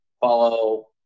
follow